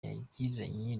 yagiranye